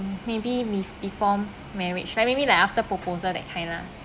um maybe be~ before marriage like maybe like after proposal that kind lah